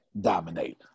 dominate